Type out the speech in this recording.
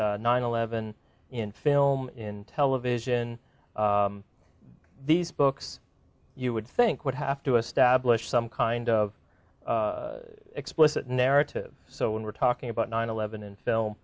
nine eleven in film in television these books you would think would have to establish some kind of explicit narrative so when we're talking about nine eleven in film